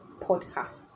podcast